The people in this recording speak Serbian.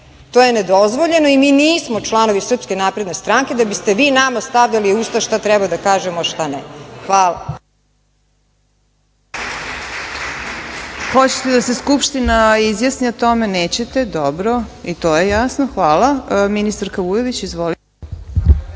to je nedozvoljeno i mi nismo članovi Srpske napredne stranke da biste vi nama stavljali u usta šta treba da kažemo, a šta ne. Hvala.